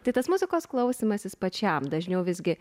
tai tas muzikos klausymasis pačiam dažniau visgi